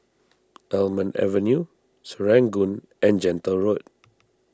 Almond Avenue Serangoon and Gentle Road